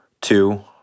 Two